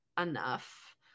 enough